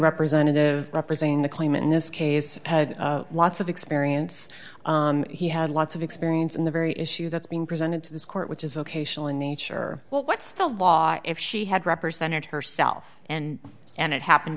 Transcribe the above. representative representing the claimant in this case had lots of experience he had lots of experience in the very issue that's being presented to this court which is vocational in nature what's the law if she had represented herself and and it happened